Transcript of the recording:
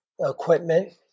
Equipment